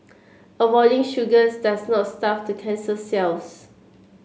avoiding sugars does not starve the cancer cells